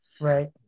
Right